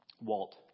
Walt